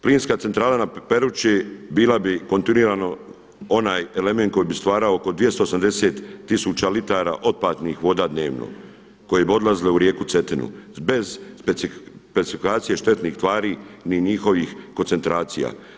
Plinska centrala na Peruči bila bi kontinuirano onaj element koji bi stvarao oko 280 tisuća litara otpadnih voda dnevno koje bi odlazile u rijeku Cetinu bez specifikacije štetnih tvari, ni njihovih koncentracija.